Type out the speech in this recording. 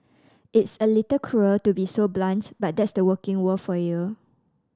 it's a little cruel to be so blunt but that's the working world for you